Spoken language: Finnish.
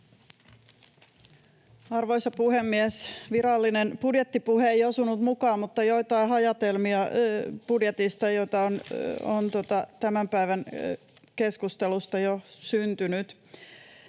Arvoisa puhemies! Virallinen budjettipuhe ei osunut mukaan, mutta budjetista joitain hajatelmia, joita on tämän päivän keskustelusta jo syntynyt